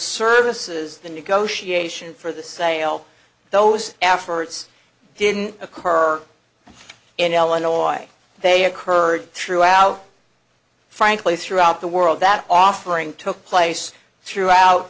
services the negotiation for the sale those efforts didn't occur in el annoy they occurred throughout frankly throughout the world that offering took place throughout